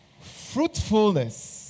Fruitfulness